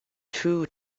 two